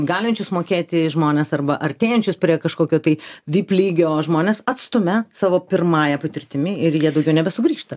galinčius mokėti žmones arba artėjančius prie kažkokio tai vip lygio žmones atstumia savo pirmąja patirtimi ir jie daugiau nebesugrįžta